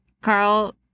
Carl